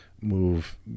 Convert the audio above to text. move